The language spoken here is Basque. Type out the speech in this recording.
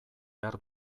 behar